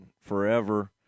forever